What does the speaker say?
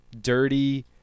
dirty